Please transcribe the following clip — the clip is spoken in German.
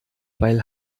weil